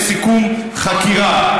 יש סיכום חקירה.